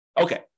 Okay